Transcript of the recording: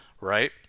right